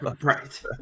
Right